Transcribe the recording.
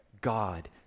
God